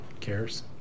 Cares